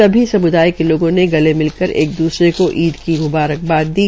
सभी समूदाय के लोगों ने गले मिलकर एक दूसरे को ईद की म्बारक बाद दी